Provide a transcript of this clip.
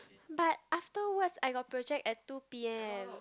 but afterwards I got project at two P_M